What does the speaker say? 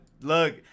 look